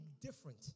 different